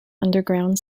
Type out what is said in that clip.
underground